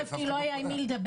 עורף כי לא היה עם מי לדבר,